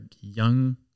young